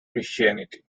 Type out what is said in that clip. christianity